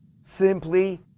simply